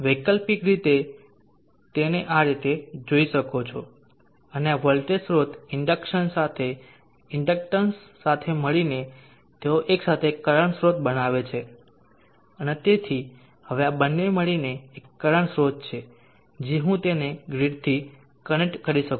વૈકલ્પિક રીતે તમે તેને આ રીતે જોઇ શકો છો આ વોલ્ટેજ સ્ત્રોત ઇન્ડક્શન સાથે ઇન્ડક્ટન્સ સાથે મળીને તેઓ એક સાથે કરંટ સ્રોત બનાવે છે અને તેથી હવે આ બંને મળીને એક કરંટ સ્રોત છે જે હું તેને ગ્રીડથી કનેક્ટ કરી શકું છું